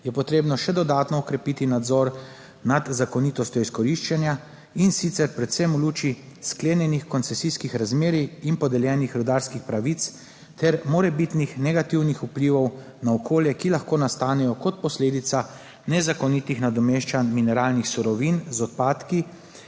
je potrebno še dodatno okrepiti nadzor nad zakonitostjo izkoriščanja. In sicer predvsem v luči sklenjenih koncesijskih razmerij in podeljenih rudarskih pravic ter morebitnih negativnih vplivov na okolje, ki lahko nastanejo kot posledica nezakonitih nadomeščanj mineralnih surovin z odpadki